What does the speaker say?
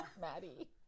Maddie